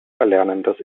erlernendes